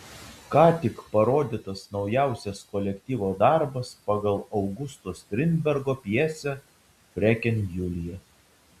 ką tik parodytas naujausias kolektyvo darbas pagal augusto strindbergo pjesę freken julija